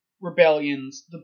rebellions